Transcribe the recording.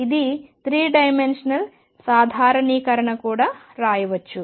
ఇది 3 డైమెన్షనల్ సాధారణీకరణ కూడా రాయవచ్చు